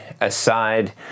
aside